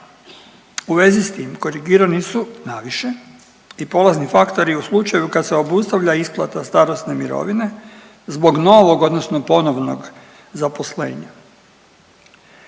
U vezi s tim korigirani su naviše i polazni faktori u slučaju kad se obustavlja isplata starosne mirovine zbog novog odnosno ponovnog zaposlenja.